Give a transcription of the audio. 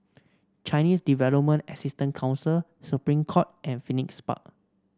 Chinese Development Assistance Council Supreme Court and Phoenix Park